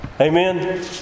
Amen